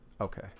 Okay